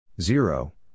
zero